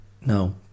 no